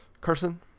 Carson